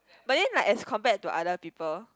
but then like as compared to other people